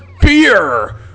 Beer